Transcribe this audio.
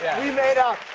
yeah we made up.